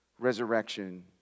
resurrection